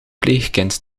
pleegkind